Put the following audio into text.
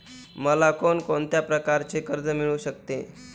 मला कोण कोणत्या प्रकारचे कर्ज मिळू शकते?